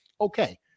okay